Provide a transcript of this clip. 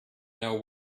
know